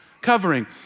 covering